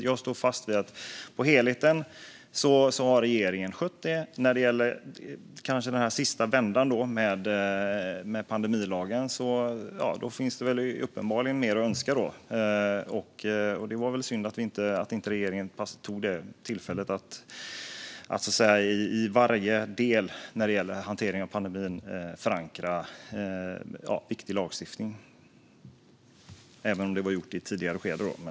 Jag står fast vid det: På helheten har regeringen skött detta. När det gäller den sista vändan med pandemilagen finns det uppenbarligen mer att önska. Det var väl synd att regeringen inte tog tillfället att i varje del i hanteringen av pandemin förankra viktig lagstiftning, även om det var gjort i ett tidigare skede.